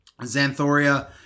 Xanthoria